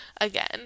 again